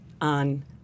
on